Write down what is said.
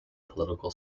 political